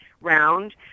round